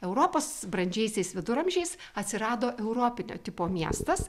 europos brandžiaisiais viduramžiais atsirado europinio tipo miestas